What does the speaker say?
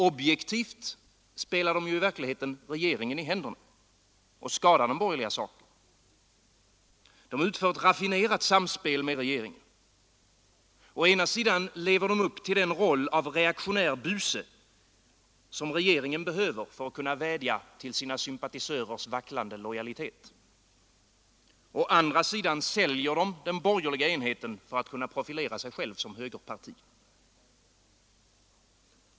Objektivt spelar de i verkligheten regeringen i händerna och skadar den borgerliga saken. De utför ett raffinerat samspel med regeringen. Å ena sidan lever de upp till den roll av reaktionär buse, som regeringen behöver för att kunna vädja till sina sympatisörers vacklande lojalitet. Å andra sidan säljer de den borgerliga enheten för att kunna profilera sig själv som högerparti.